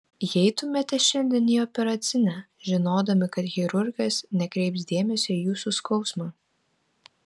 įeitumėte šiandien į operacinę žinodami kad chirurgas nekreips dėmesio į jūsų skausmą